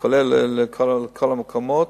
כולל כל המקומות.